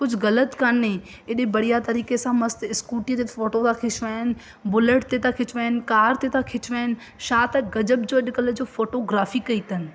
कुझु ग़लति कान्हे एॾे बढ़िया तरीक़े सां मस्तु स्कूटीअ ते फोटो था खिचवाइनि बुलट ते था खिचवाइनि कार ते था खिचवाइनि छा त ग़ज़ब जो अॼुकल्ह जो फोटोग्राफी कई अथनि